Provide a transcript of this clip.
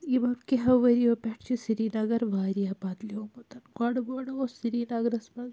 یِمو کیٚنٛہو ؤرِۍیَو پیٚٹھٕ چھُ سِری نَگر وارِیاہ بَدلیٛومُت گۄڈٕ گۄڈٕ اوس سری نَگرَس منٛز